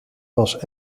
was